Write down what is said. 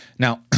Now